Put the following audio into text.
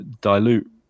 dilute